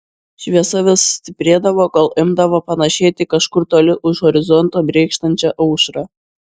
šviesa vis stiprėdavo kol imdavo panašėti į kažkur toli už horizonto brėkštančią aušrą